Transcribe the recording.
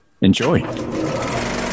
Enjoy